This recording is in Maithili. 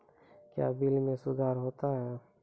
क्या बिल मे सुधार होता हैं?